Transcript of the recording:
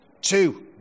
two